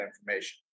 information